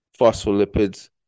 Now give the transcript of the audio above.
phospholipids